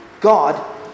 God